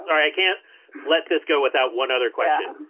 i can't let this go without one other question.